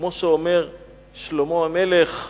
כמו שלמה המלך,